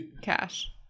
cash